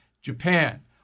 Japan